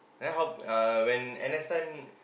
then how uh when N_S time